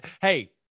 Hey